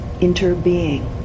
interbeing